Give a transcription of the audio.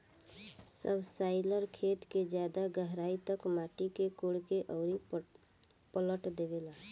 subsoiler खेत के ज्यादा गहराई तक माटी के कोड़ के अउरी पलट देवेला